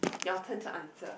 your turn to answer